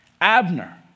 Abner